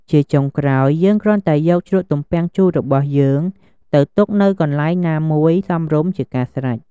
ជាចុងក្រោយ យើងគ្រាន់តែយកជ្រក់ទំពាំងជូររបស់យើងទៅទុកនៅកន្លែងណាមួយសមរម្យជាការស្រេច។